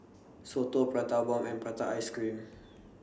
Soto Prata Bomb and Prata Ice Cream